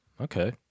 Okay